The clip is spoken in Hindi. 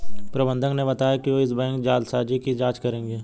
प्रबंधक ने बताया कि वो इस बैंक जालसाजी की जांच करेंगे